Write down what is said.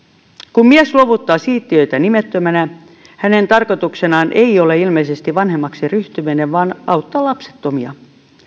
kun mies luovuttaa siittiöitä nimettömänä hänen tarkoituksenaan ei ole ilmeisesti vanhemmaksi ryhtyminen vaan auttaa lapsettomia